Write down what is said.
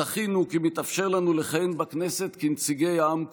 זכינו כי מתאפשר לנו לכהן בכנסת כנציגי העם כולו.